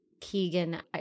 Keegan